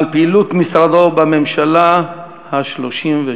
על פעילות משרדו בממשלה ה-32.